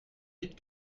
vite